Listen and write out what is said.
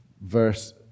verse